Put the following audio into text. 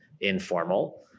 informal